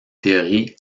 théories